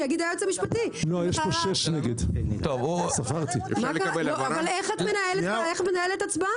איך את מנהלת הצבעה?